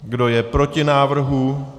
Kdo je proti návrhu?